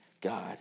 God